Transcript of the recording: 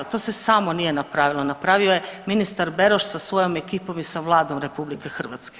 To se samo nije napravilo, napravio je ministar Beroš sa svojom ekipom i sa Vladom RH.